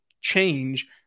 change